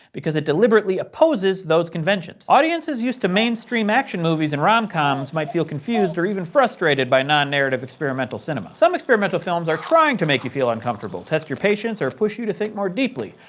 because it deliberately opposes those conventions. audiences used to mainstream action movies and rom-coms might feel confused or even frustrated by non-narrative experimental cinema. some experimental films are trying to make you feel uncomfortable, test your patience, or push you to think more deeply.